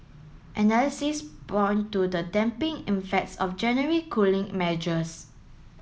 analysis point to the effects of January cooling measures